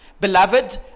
Beloved